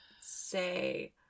say